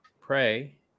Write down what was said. pray